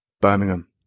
Birmingham